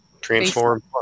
transform